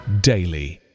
daily